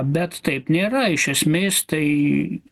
bet taip nėra iš esmės tai